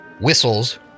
whistles